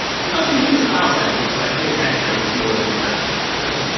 still, she was in the style section, so i think that counts more than the rat issue, right?